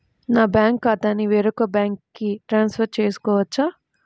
నా బ్యాంక్ ఖాతాని వేరొక బ్యాంక్కి ట్రాన్స్ఫర్ చేయొచ్చా?